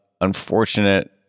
unfortunate